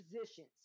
positions –